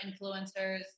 influencers